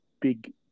big